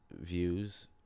Views